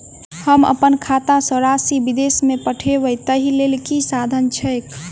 हम अप्पन खाता सँ राशि विदेश मे पठवै ताहि लेल की साधन छैक?